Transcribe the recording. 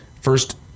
First